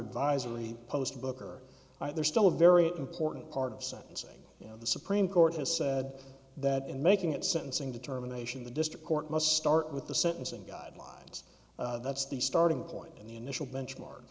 advisedly post book or are there still a very important part of sentencing you know the supreme court has said that in making at sentencing determination the district court must start with the sentencing guidelines that's the starting point in the initial benchmark